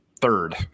third